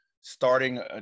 starting